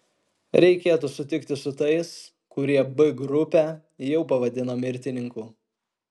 reikėtų sutikti su tais kurie b grupę jau pavadino mirtininkų